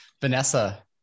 Vanessa